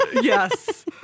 Yes